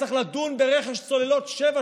צריך לדון ברכש צוללות 7,